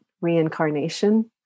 reincarnation